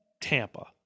tampa